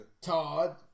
Todd